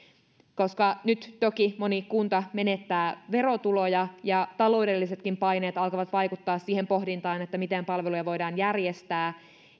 koska nyt toki moni kunta menettää verotuloja ja taloudellisetkin paineet alkavat vaikuttaa siihen pohdintaan miten palveluja voidaan järjestää